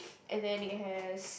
and then it has